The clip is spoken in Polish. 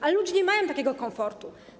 Ale ludzie nie mają takiego komfortu.